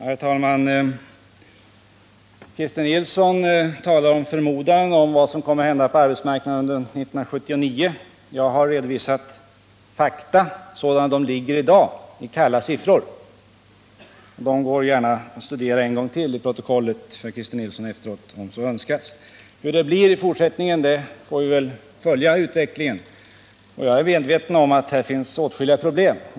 Herr talman! Christer Nilsson talar om vad han förmodar kommer att hända på arbetsmarknaden under 1979. Jag har redovisat fakta sådana de föreligger i dag — kalla siffror. Herr Christer Nilsson kan gärna efteråt i protokollet studera dem en gång till, om så önskas. När det gäller hur det blir i fortsättningen får vi väl följa utvecklingen. Jag är medveten om att här finns åtskilliga problem.